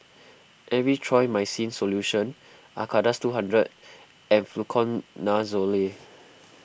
Erythroymycin Solution Acardust two hundred and Fluconazole